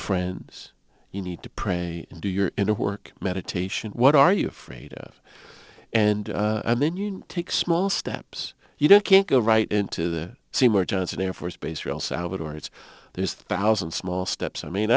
friends you need to pray and do your inner work meditation what are you afraid of and i mean you take small steps you don't can't go right into the johnson air force base real salvador it's there's thousand small steps i mean